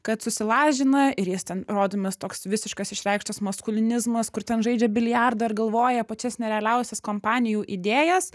kad susilažina ir jis ten rodomas toks visiškas išreikštas maskulinizmas kur ten žaidžia bilijardą ir galvoja pačias nerealiausias kompanijų idėjas